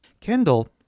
Kendall